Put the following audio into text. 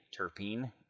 terpene